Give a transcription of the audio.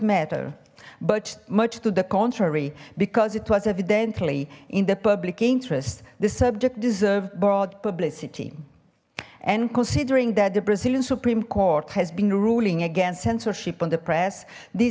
matter but much to the contrary because it was evidently in the public interest the subject deserved broad publicity and considering that the brazilian supreme court has been ruling against censorship on the press th